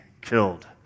killed